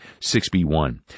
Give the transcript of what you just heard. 6B1